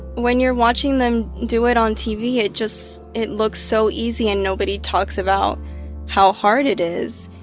when you're watching them do it on tv, it just it looks so easy, and nobody talks about how hard it is.